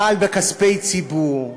מעל בכספי ציבור,